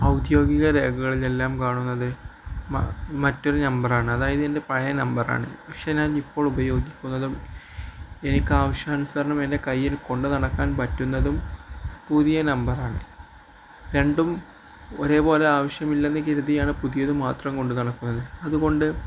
ഔദ്യോഗിക രേഖകളിലെല്ലാം കാണുന്നത് മറ്റൊരു നമ്പറാണ് അതായത് എൻ്റെ പഴയ നമ്പറാണ് പക്ഷെ ഞാൻ ഇപ്പോൾ ഉപയോഗിക്കുന്നതും എനിക്ക് ആവശ്യാനുസരണം എൻ്റെ കയ്യിൽ കൊണ്ട് നടക്കാൻ പറ്റുന്നതും പുതിയ നമ്പറാണ് രണ്ടും ഒരേപോലെ ആവശ്യമില്ലെന്ന് കരുതിയാണ് പുതിയത് മാത്രം കൊണ്ട് നടക്കുന്നത് അതുകൊണ്ട്